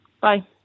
Bye